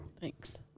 Thanks